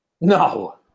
No